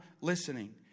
listening